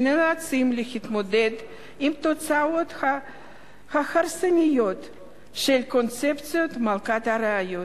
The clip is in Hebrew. שנאלצים להתמודד עם התוצאות ההרסניות של קונספציית "מלכת הראיות".